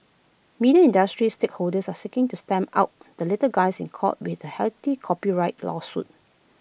media industry stakeholders are seeking to stamp out the little guys in court with A hefty copyright lawsuit